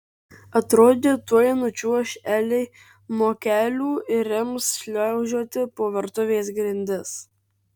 atrodė tuoj nučiuoš elei nuo kelių ir ims šliaužioti po virtuvės grindis